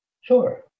Sure